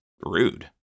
rude